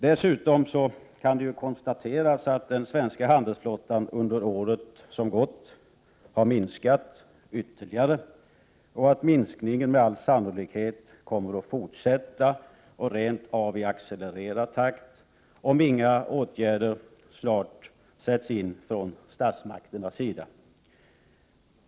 Dessutom kan det konstateras att den svenska handelsflottan under det år som gått minskat ytterligare och att minskningen med all sannolikhet kommer att fortsätta, rent av i accelererad takt, om inga åtgärder snabbt sätts in från statsmakternas sida.